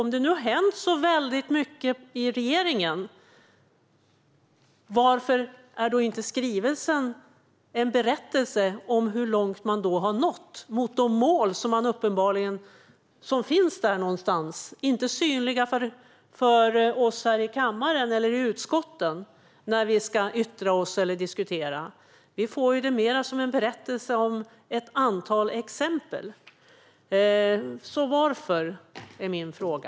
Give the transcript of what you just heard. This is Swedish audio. Om det nu har hänt så väldigt mycket i regeringen, varför är inte skrivelsen en berättelse om hur långt man har nått i förhållande till de mål som uppenbarligen finns där någonstans? De är inte synliga för oss här i kammaren eller i utskotten när vi ska yttra oss eller diskutera. Vi får det mer som en berättelse om ett antal exempel. Varför, är min fråga.